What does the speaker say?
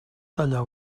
talla